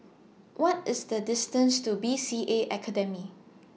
What IS The distance to B C A Academy